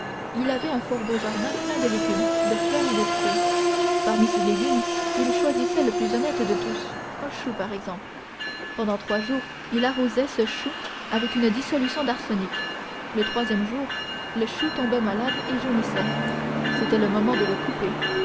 il avait un fort beau jardin plein de légumes de fleurs et de fruits parmi ces légumes il choisissait le plus honnête de tous un chou par exemple pendant trois jours il arrosait ce chou avec une dissolution d'arsenic le troisième jour le chou tombait malade et jaunissait c'était le moment de le couper